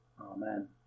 Amen